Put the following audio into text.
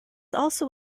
also